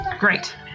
Great